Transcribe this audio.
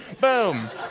Boom